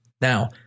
Now